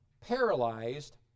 paralyzed